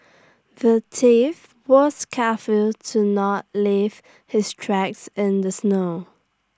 the thief was careful to not leave his tracks in the snow